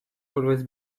always